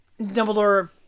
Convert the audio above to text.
Dumbledore